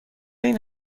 این